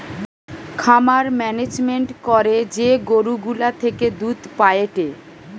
খামার মেনেজমেন্ট করে যে গরু গুলা থেকে দুধ পায়েটে